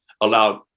allowed